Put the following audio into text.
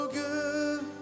good